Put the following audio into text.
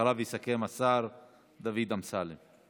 אחריו יסכם השר דוד אמסלם,